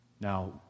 Now